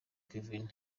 kevin